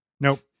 nope